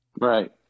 Right